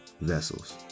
vessels